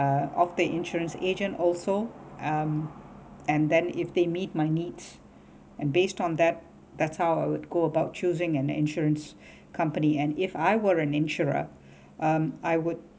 uh of the insurance agent also um and then if they meet my needs and based on that that's how I would go about choosing an insurance company and if I were an insurer um I would